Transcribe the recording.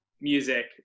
music